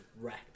wrecked